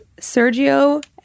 Sergio